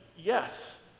Yes